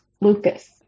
lucas